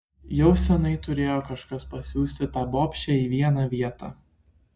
jau seniai turėjo kažkas pasiųsti tą bobšę į vieną vietą